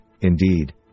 indeed